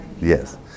Yes